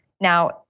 Now